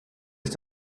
ist